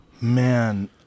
Man